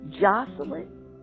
Jocelyn